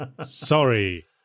Sorry